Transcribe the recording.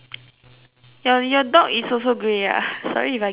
your your dog is also grey ah sorry if I keep asking that